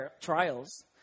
trials